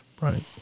right